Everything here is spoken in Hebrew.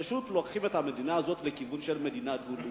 פשוט לוקחים את המדינה הזאת לכיוון של מדינה דו-לאומית.